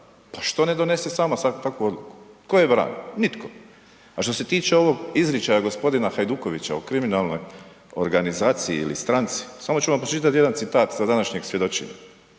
Pa što ne donese sama takvu odluku. Tko joj brani? Nitko. A što se tiče ovog izričaja gospodina Hajdukovića o kriminalnoj organizaciji ili stranci, samo ću vam pročitati jedan citat sa današnjeg svjedočenja: